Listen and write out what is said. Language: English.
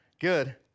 Good